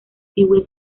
stewie